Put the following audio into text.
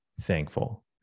thankful